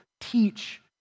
teach